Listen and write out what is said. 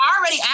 already